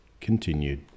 Continued